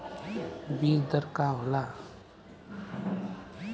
बीज दर का होला?